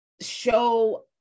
show